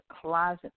Closet